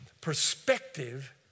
Perspective